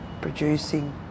producing